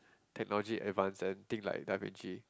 technology advance and think like Da-Vinci